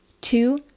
two